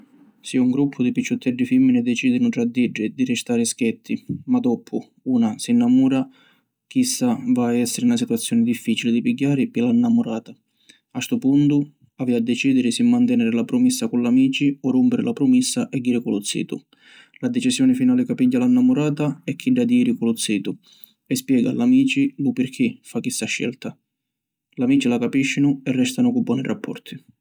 Si un gruppu di picciutteddi fimmini decidinu tra d’iddi di ristari schetti ma doppu una si nnamura, chissa va a essiri na situazioni difficili di pigghiari pi la nnamurata. A ‘stu puntu havi a decidiri si manteniri la prumissa cu l’amici o rumpiri la prumissa e jiri cu lu zitu. La decisioni finali ca pigghia la nnamurata e chidda di jiri cu lu zitu e spiega a l’amici lu pirchì fa chissa scelta. L’amici la capiscinu e restanu cu boni rapporti.